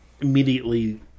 immediately